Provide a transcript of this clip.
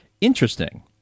interesting